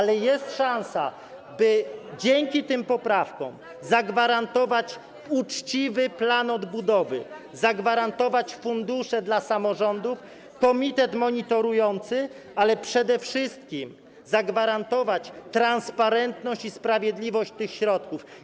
Ale jest szansa, by dzięki tym poprawkom zagwarantować uczciwy plan odbudowy, zagwarantować fundusze dla samorządów, komitet monitorujący, ale przede wszystkim zagwarantować transparentność i sprawiedliwość tych środków.